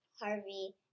Harvey